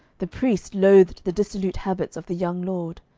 the priest loathed the dissolute habits of the young lord.